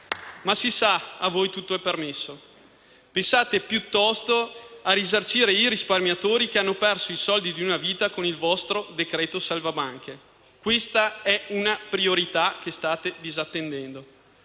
Ma si sa, a voi tutto è permesso. Pensate piuttosto a risarcire i risparmiatori che hanno perso i soldi di una vita con il vostro decreto salva banche. Questa è una priorità che state disattendendo.